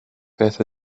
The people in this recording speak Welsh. beth